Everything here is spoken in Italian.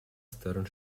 stern